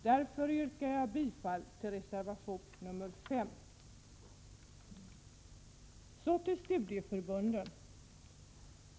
Därför yrkar jag bifall till reservation nr 5. Så till studieförbunden.